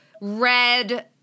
red